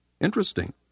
Interesting